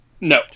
No